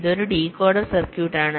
ഇതൊരു ഡീകോഡർ സർക്യൂട്ടാണ്